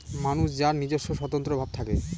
মানুষ যার নিজস্ব স্বতন্ত্র ভাব থাকে